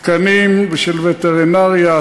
תקנים של וטרינריה,